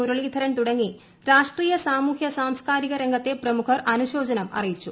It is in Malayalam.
മുരളീധരൻ തുടങ്ങി രാഷ്ട്രീയ സാമൂഹ്യ സാംസ്കാരിക രംഗത്തെ പ്രമുഖർ അനുശോചനം അറിയിച്ചു